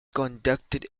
conducted